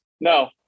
no